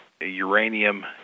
uranium